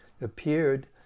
appeared